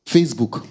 Facebook